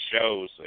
shows